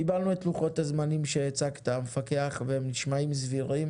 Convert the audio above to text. קיבלנו את לוחות הזמנים שהצגת המפקח והם נשמעים סבירים